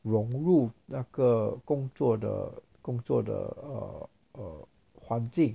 融入那个工作的工作的 err 环境